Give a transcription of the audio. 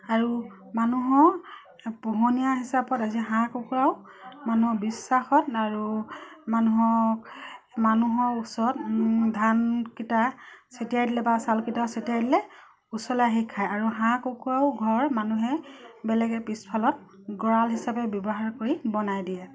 আৰু মানুহৰ পোহনীয়া হিচাপত আজি হাঁহ কুকুৰাও মানুহৰ বিশ্বাসত আৰু মানুহক মানুহৰ ওচৰত ধানকিটা চিটিয়াই দিলে বা চাউলকিটা চিটিয়াই দিলে ওচৰলৈ আহি খায় আৰু হাঁহ কুকুৰাও ঘৰ মানুহে বেলেগে পিছফালত গঁড়াল হিচাপে ব্যৱহাৰ কৰি বনাই দিয়ে